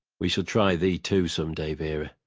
we shall try thee, too, some day, vera.